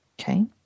Okay